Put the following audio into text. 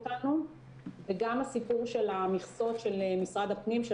וגם הסיפור של המכסות של משרד הפנים,